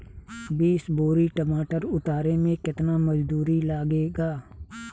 बीस बोरी टमाटर उतारे मे केतना मजदुरी लगेगा?